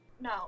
No